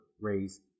raise